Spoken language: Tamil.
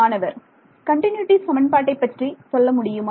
மாணவர் கண்டினியூட்டி சமன்பாட்டை பற்றி சொல்ல முடியுமா